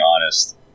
honest